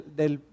del